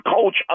coach